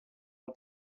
het